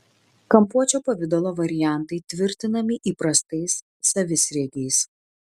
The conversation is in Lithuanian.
kampuočio pavidalo variantai tvirtinami įprastais savisriegiais